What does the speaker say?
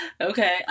Okay